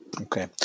Okay